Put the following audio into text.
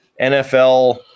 NFL